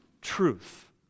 truth